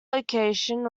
location